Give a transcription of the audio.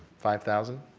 five thousand,